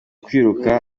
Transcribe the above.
kwiruka